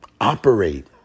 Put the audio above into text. operate